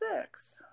six